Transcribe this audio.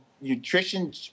nutrition –